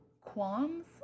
qualms